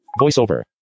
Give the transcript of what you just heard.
Voiceover